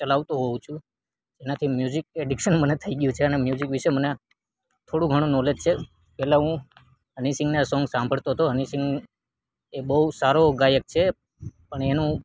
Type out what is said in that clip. ચલાવતો હોઉ છું એનાથી મ્યુઝિક એડિક્શન મને થઈ ગ્યું છે અને મ્યુઝિક વિશે મને થોડું ઘણું નોલેજ છે પેલા હું હની સિંગના સોંગ સાંભળતો તો હની સિંગ એ બહુ સારો ગાયક છે પણ એનું